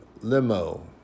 limo